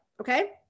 Okay